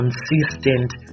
consistent